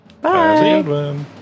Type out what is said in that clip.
Bye